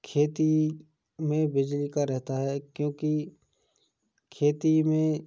खेती में बिजली का रहता है क्योंकि खेती में